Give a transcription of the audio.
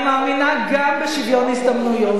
אני מאמינה גם בשוויון הזדמנויות,